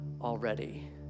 already